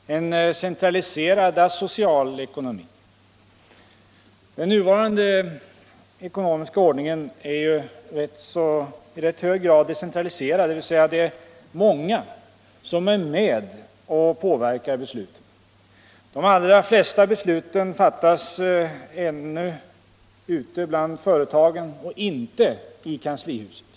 alltså en centraliserad, asocial ekonomi? Den nuvarande ekonomiska ordningen är i rätt hög grad decentraliserad, dvs. det är många som är med och påverkar besluten. De allra flesta besluten fattas ännu ute i företagen, inte i kanslihuset.